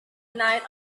night